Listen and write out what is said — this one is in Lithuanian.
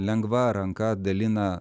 lengva ranka dalina